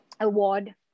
award